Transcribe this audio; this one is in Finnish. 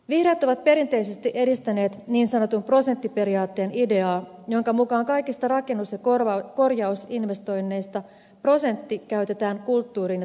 vihreät ovat perinteisesti edistäneet niin sanotun prosenttiperiaatteen ideaa jonka mukaan kaikista rakennus ja korjausinvestoinneista prosentti käytetään kulttuuriin ja taidehankintoihin